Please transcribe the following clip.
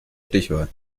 stichwahl